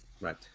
Right